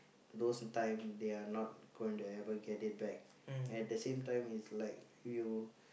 those time they are not going to ever get it back at the same time it's like you